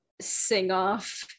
sing-off